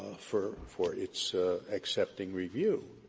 ah for for its accepting review.